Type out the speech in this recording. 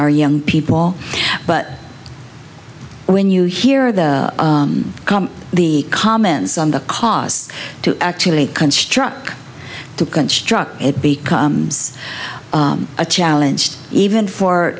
our young people but when you hear the the comments on the costs to actually construct to construct it becomes a challenge even for